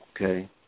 Okay